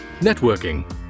networking